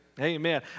Amen